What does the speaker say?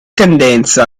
tendenza